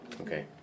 Okay